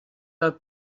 del